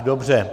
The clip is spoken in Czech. Dobře.